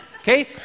okay